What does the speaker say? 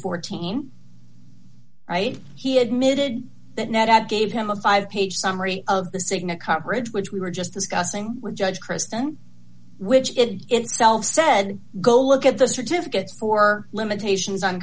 fourteen right he admitted that net had gave him a five page summary of the cigna coverage which we were just discussing with judge kristen which itself said go look at the certificates for limitations on